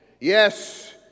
Yes